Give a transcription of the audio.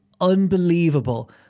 unbelievable